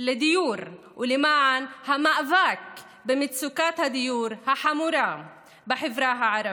לדיור ולמען המאבק במצוקת הדיור החמורה בחברה הערבית.